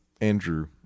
Andrew